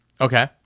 Okay